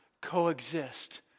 coexist